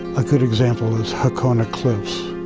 a good example is jacona cliffs.